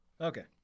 Okay